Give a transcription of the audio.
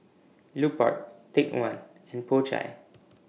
Lupark Take one and Po Chai